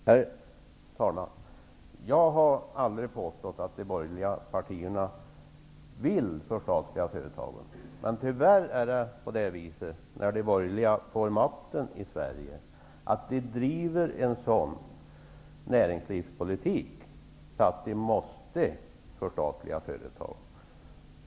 Herr talman! Jag har aldrig påstått att de borgerliga partierna vill förstatliga företagen, men tyvärr är det så när de borgerliga får makten i Sverige, att de driver en sådan näringspolitik att man måste förstatliga företag.